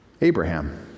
Abraham